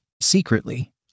Secretly